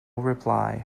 reply